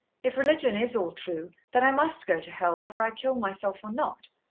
if religion is all true, then i must go to hell, whether i kill myself or not,